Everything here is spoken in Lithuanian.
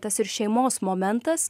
tas ir šeimos momentas